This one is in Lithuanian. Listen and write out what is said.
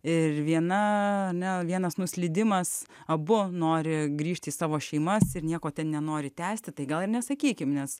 ir viena ane vienas nuslydimas abu nori grįžti į savo šeimas ir nieko nenori tęsti tai gal ir nesakykim nes